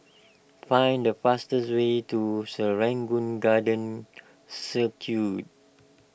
find the fastest way to Serangoon Garden Circus